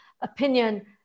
opinion